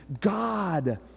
God